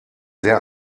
sehr